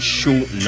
short